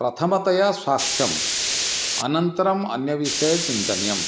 प्रथमतया स्वास्थ्यम् अनन्तरम् अन्यविषये चिन्तनीयं